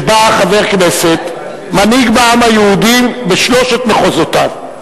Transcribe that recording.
בא חבר כנסת, מנהיג בעם היהודי בשלושת מחוזותיו,